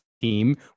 team